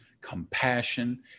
compassion